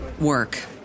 work